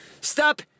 Stop